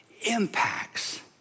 impacts